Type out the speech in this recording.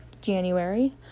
January